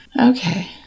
Okay